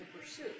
pursue